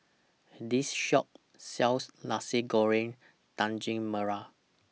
This Shop sells Nasi Goreng Daging Merah